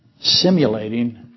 Simulating